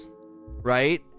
right